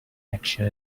action